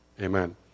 Amen